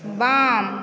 बाम